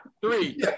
Three